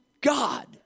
God